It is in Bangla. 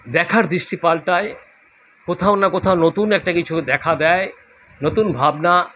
দেখার দৃষ্টি পাল্টায় কোথাও না কোথাও নতুন একটা কিছু দেখা দেয় নতুন ভাবনা